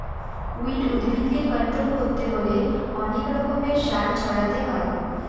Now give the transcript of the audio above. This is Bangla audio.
উইড উদ্ভিদকে কন্ট্রোল করতে হলে অনেক রকমের সার ছড়াতে হয়